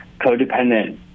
codependent